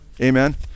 amen